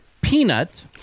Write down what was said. Peanut